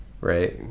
right